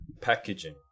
packaging